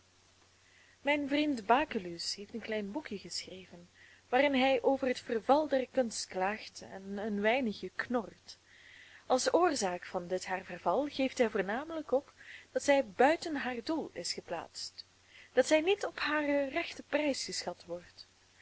mijn vriend baculus heeft een klein boekje geschreven waarin hij over het verval der kunst klaagt en een weinigje knort als oorzaak van dit haar verval geeft hij voornamelijk op dat zij buiten haar doel is geplaatst dat zij niet op haren rechten prijs geschat wordt